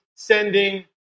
Sending